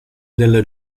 della